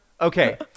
Okay